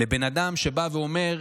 בן אדם שבא ואומר